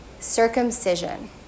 circumcision